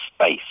space